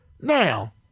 Now